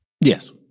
Yes